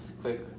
quick